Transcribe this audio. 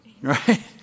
right